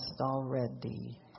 already